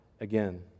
again